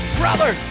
brother